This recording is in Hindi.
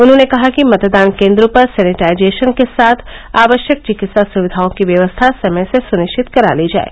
उन्होंने कहा कि मतदान केन्द्रों पर सैनिटाइजेशन के साथ आवश्यक चिकित्सा सुविवाओं की व्यवस्था समय से सुनिश्चित करा ली जाये